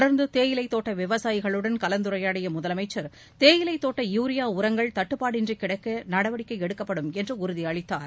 தொடர்ந்து தேயிலை தோட்ட விவசாயிகளுடன் கலந்துரையாடிய முதலனமச்சர் தேயிலை தோட்ட யூரியா உரங்கள் தட்டுபாடின்றி கிடைக்க நடவடிக்கை எடுக்கப்படும் என்று உறுதியளித்தார்